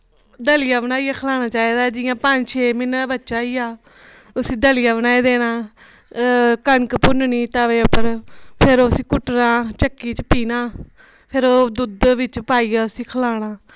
दलिआ बनाईऐ खलाना चाहिदा जिआं पंज छे म्हीन्ने दा बच्चा होई जा उस्सी दलिआ बनाई देना कनक भुन्ननी तवै उप्पर फिर उस्सी कुट्टना चक्की च पीह्ना फिर ओह् दूध विच पाईऐ उस्सी खिलाना